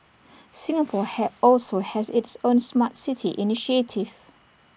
Singapore have also has its own Smart City initiative